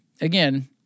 again